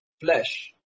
flesh